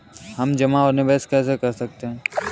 हम जमा और निवेश कैसे कर सकते हैं?